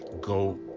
go